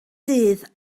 dydd